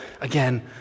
again